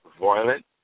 violent